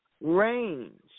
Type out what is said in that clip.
range